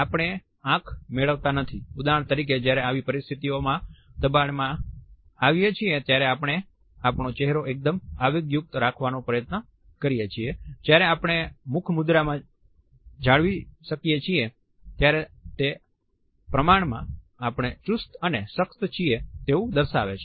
આપણે આંખ મેળવતા નથી ઉદાહરણ તરીકે જ્યારે આવી પરિસ્થિતિઓમાં દબાણમાં આવીએ છીએ ત્યારે આપણે આપણો ચહેરો એકદમ આવેગ યુક્ત રાખવાનો પ્રયત્ન કરી શકીએ છીએ જયારે આપણે મુખ મુદ્રામાં જાળવી શકીએ છીએ તે પ્રમાણમાં આપણે ચુસ્ત અને સખત છીએ તેવું દર્શાવે છે